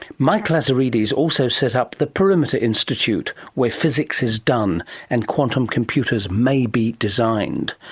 mike lazaridis also set up the perimeter institute where physics is done and quantum computers may be designed.